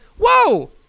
whoa